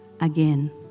again